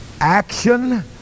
action